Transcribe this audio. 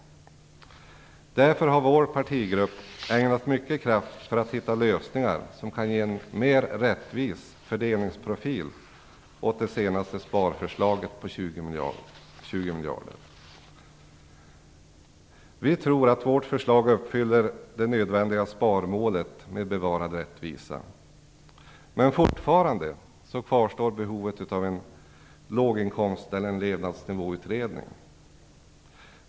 Därför har vår partigrupp ägnat mycket kraft för att hitta lösningar som kan ge en mer rättvis fördelningsprofil åt det senaste sparförslaget på 20 miljarder kronor. Vi tror att vårt förslag uppfyller det nödvändiga sparmålet med bevarad rättvisa. Men fortfarande kvarstår behovet av en låginkomst-eller levnadsnivåutredning.